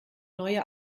neue